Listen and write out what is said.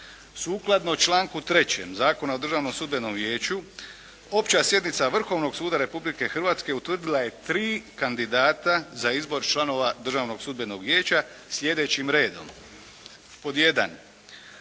Sukladno članku 3. Zakona o državnom sudbenom vijeću opća sjednica Vrhovnog suda Republike Hrvatske utvrdila je 3 kandidata za izbor članova Državnog sudbenog vijeća sljedećim redom: Pod 1.